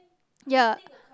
ya